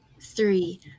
three